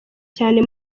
cyane